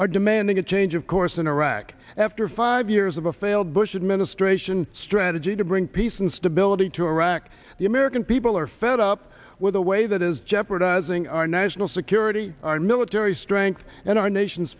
are demanding a change of course in iraq after five years of a failed bush administration strategy to bring peace and stability to iraq the american people are fed up with a way that is jeopardizing our national security our military strength and our nation's